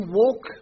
walk